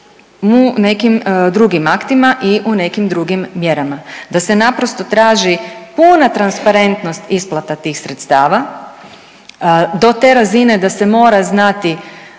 u nekim drugim aktima i u nekim drugim mjerama, da se naprosto traži puna transparentnost isplata tih sredstava, do te razine da se mora znati